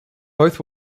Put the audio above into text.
both